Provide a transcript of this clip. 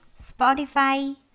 Spotify